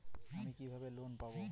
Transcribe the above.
আমি কিভাবে লোন পাব?